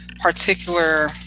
particular